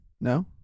No